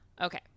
Okay